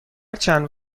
چند